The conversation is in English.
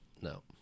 no